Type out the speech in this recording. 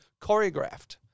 choreographed